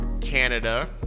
Canada